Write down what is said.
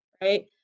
right